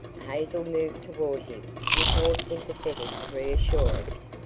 hazel moved toward him with more sympathetic reassurance,